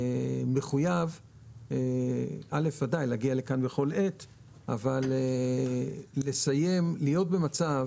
בוודאי מחויב להגיע לכאן בכל עת, אבל להיות במצב